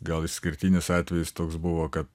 gal išskirtinis atvejis toks buvo kad